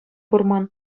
курман